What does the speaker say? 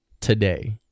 today